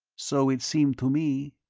so it seemed to me.